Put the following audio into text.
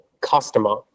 customer